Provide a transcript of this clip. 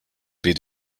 baie